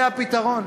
זה הפתרון?